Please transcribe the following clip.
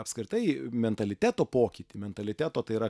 apskritai mentaliteto pokytį mentaliteto tai yra